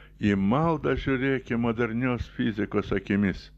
į maldą žiūrėkime modernios fizikos akimis